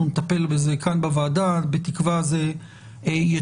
אנחנו נטפל בזה כאן בוועדה ובתקווה זה יתוקן.